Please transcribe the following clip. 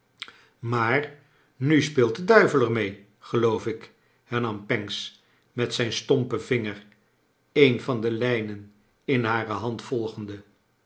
r nu speelt de duivel er mee geloof ik hernam pancks met zijn stompen vinger een van de lijnen in hare hand volgende